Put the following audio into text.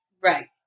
Right